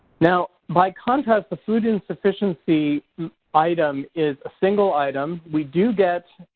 now, by contrast the food insufficiency item is a single item. we do get